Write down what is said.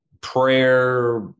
prayer